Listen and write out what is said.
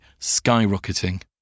skyrocketing